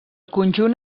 conjunt